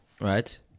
right